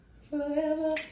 Forever